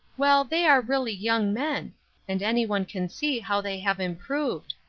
well, they are really young men and anyone can see how they have improved.